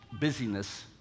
busyness